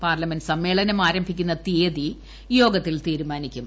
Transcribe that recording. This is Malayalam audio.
പാർലമെന്റ് സമ്മേളനം ആരംഭിക്കുന്ന തീയതി യോഗത്തിൽ തീരുമാനിക്കും